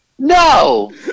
no